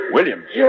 Williams